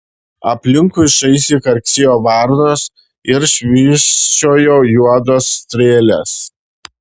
aplinkui šaižiai karksėjo varnos ir švysčiojo juodos strėlės